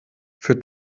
für